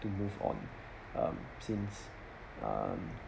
to move on um since um